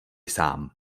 sám